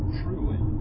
truly